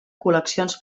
col·leccions